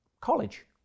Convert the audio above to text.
College